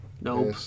Nope